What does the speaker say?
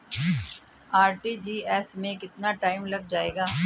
RTGS में कितना time लग जाएगा?